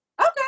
Okay